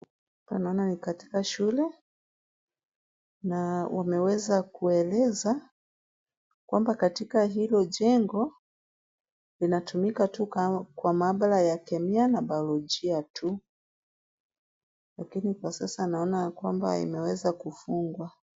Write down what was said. Tunaona ni katika shule na wameweza kueleza kwamba katika hilo jengo linatumika tu kwa maabara ya Kemia na Biolojia tu, lakini kwa sasa naona ya kwamba imeweza kufungwa.